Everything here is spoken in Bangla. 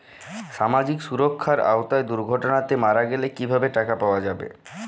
সামাজিক সুরক্ষার আওতায় দুর্ঘটনাতে মারা গেলে কিভাবে টাকা পাওয়া যাবে?